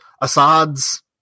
Assad's